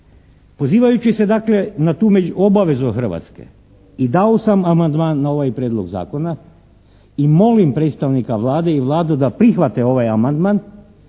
Pozivajući se dakle na tu obavezu Hrvatske i dao sam amandman na ovaj prijedlog zakona i molim predstavnika Vlade i Vladu da prihvate ovaj amandman